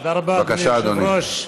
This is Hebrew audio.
תודה רבה, אדוני היושב-ראש,